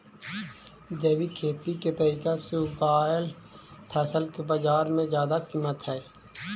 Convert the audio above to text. जैविक खेती के तरीका से उगाएल फसल के बाजार में जादा कीमत हई